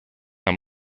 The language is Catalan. amb